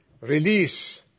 release